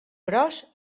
gros